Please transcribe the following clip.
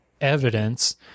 evidence